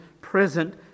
present